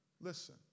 Listen